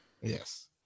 yes